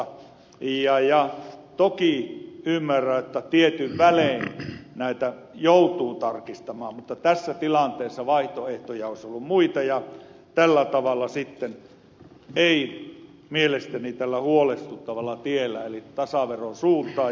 toki ymmärrän että tietyin välein näitä veroja joutuu tarkistamaan mutta tässä tilanteessa vaihtoehtoja olisi ollut muita eikä pitäisi mielestäni tällä tavalla ja tällä huolestuttavalla tiellä mennä eli tasaveron suuntaan